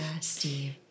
Steve